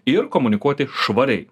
ir komunikuoti švariai